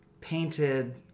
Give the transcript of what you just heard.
painted